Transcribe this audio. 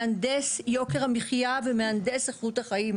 מהנדס יוקר המחיה ומהנדס איכות החיים,